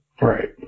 Right